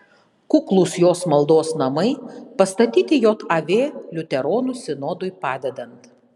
kuklūs jos maldos namai pastatyti jav liuteronų sinodui padedant